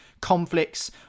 conflicts